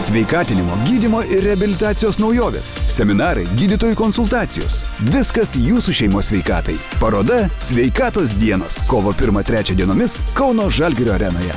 sveikatinimo gydymo ir reabilitacijos naujovės seminarai gydytojų konsultacijos viskas jūsų šeimos sveikatai paroda sveikatos dienos kovo pirmą trečią dienomis kauno žalgirio arenoje